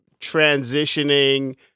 transitioning